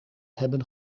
hebben